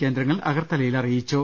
കേന്ദ്രങ്ങൾ അഗർത്തലയിൽ അറ യിച്ചു